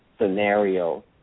scenario